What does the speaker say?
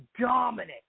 dominant